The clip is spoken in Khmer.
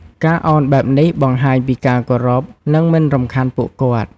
ការឱនបែបនេះបង្ហាញពីការគោរព និងមិនរំខានពួកគាត់។